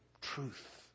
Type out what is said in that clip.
truth